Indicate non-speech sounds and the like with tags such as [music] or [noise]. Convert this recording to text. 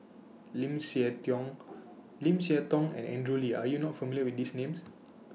[noise] Lim Siah Tong Lim Siah Tong and Andrew Lee Are YOU not familiar with These Names